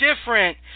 different